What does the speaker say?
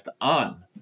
on